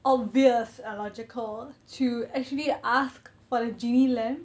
obvious or logical to actually ask for a genie lamp